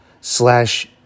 slash